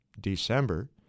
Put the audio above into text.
December